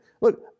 Look